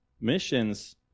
missions